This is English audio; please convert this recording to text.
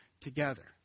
together